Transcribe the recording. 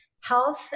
health